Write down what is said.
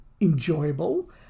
enjoyable